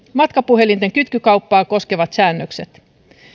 matkapuhelinten kytkykauppaa koskevat säännökset